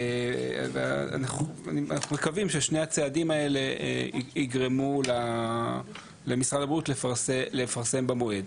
ואנחנו מקווים ששני הצעדים האלה יגרמו למשרד הבריאות לפרסם במועד.